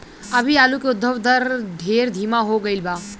अभी आलू के उद्भव दर ढेर धीमा हो गईल बा